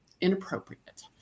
inappropriate